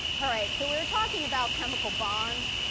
all right, so we're talking about chemical bonds,